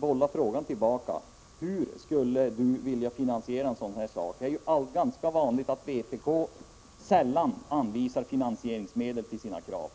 bolla frågan tillbaka till Paul Lestander: Hur skulle Paul Lestander vilja finansiera en sådan här sak? Det är ganska vanligt att vpk inte anvisar medel för finansieringen.